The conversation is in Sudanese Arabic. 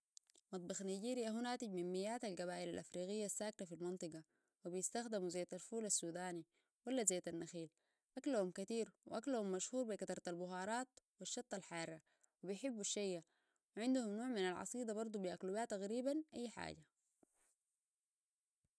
مطبخ نيجريا هو ناتج من مئات القبائل الافريقية الساكنة في المنطقة وبيستخدموا زيت الفول السوداني ولا زيت النخيل اكلهم كتير واكلهم مشهور بكترة البهارات والشطة الحارة وبيحبوا الشيا وعندهم نوع من العصيدة برضو بيأكلوا بها تقريبا اي حاجة